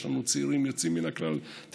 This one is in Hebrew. יש לנו צעירים יוצאים מן הכלל בכנסת,